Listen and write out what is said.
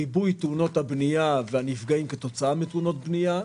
ריבוי תאונות הבנייה והנפגעים כתוצאה מתאונות בנייה,